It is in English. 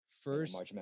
First